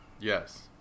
Yes